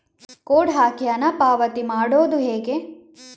Code ಹಾಕಿ ಹಣ ಪಾವತಿ ಮಾಡೋದು ಹೇಗೆ?